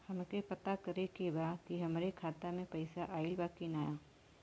हमके पता करे के बा कि हमरे खाता में पैसा ऑइल बा कि ना?